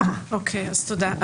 תודה.